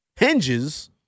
hinges